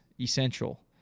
essential